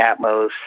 Atmos